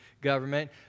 government